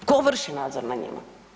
Tko vrši nadzor nad njima?